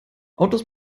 autos